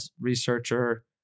researcher